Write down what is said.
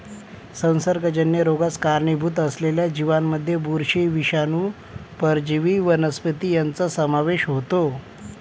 संसर्गजन्य रोगास कारणीभूत असलेल्या जीवांमध्ये बुरशी, विषाणू, परजीवी वनस्पती यांचा समावेश होतो